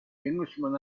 englishman